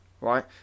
right